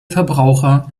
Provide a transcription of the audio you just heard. verbraucher